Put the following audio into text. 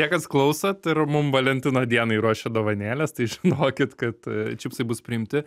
tie kas klausot ir mum valentino dienai ruošiat dovanėles tai žinokit kad čipsai bus priimti